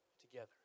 together